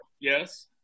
yes